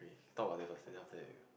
talk about that first then after that we